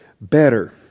better